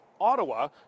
Ottawa